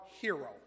hero